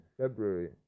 February